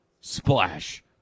splash